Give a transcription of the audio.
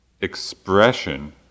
expression